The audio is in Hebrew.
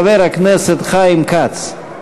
חבר הכנסת חיים כץ.